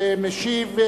כמשיב,